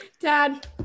Dad